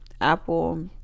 Apple